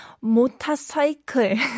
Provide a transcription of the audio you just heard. motorcycle